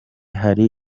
hari